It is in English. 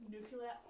nuclear